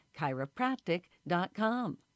chiropractic.com